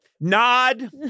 nod